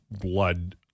blood